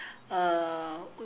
uh